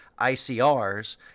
ICRs